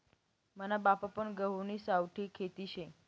मना बापपन गहुनी सावठी खेती शे